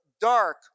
dark